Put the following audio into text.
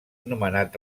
nomenat